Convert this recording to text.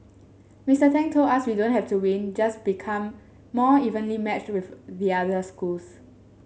Mister Tang told us we don't have to win just become more evenly matched with the other schools